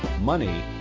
money